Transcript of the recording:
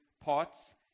parts